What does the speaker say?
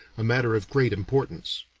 a matter of great importance.